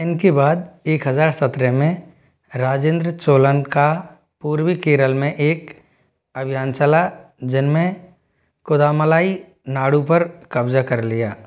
इनके बाद एक हजार सत्रह में राजेंद्र चोलन का पूर्वी केरल में एक अभियान चला जिनमें कुदामलाई नाडू पर कब्जा कर लिया